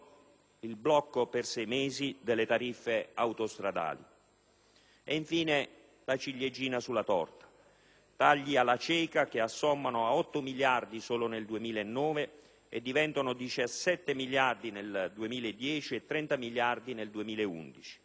il blocco per sei mesi delle tariffe autostradali. Infine, la ciliegina sulla torta: tagli alla cieca, che assommano a 8 miliardi di euro solo nel 2009 e diventano 17 miliardi di euro nel 2010 e 30 miliardi di euro